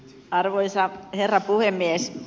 arvoisa herra puhemies